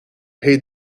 paid